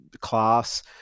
class